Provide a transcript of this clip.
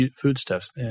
foodstuffs